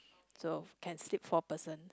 so can sleep four person